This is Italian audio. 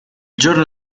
giorno